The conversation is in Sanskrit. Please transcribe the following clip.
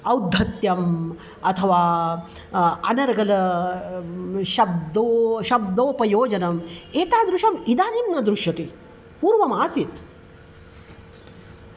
औद्धत्यम् अथवा अनर्गलं शब्दः शब्दोपयोजनम् एतादृशम् इदानीं न दृश्यते पूर्वमासीत्